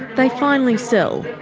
they finally sell,